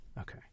Okay